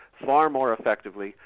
far more effectively,